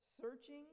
searching